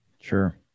Sure